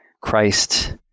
christ